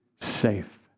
safe